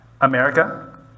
America